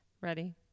Ready